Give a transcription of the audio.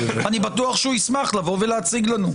אני בטוח שהוא ישמח לבוא ולהציג לנו.